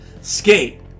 Skate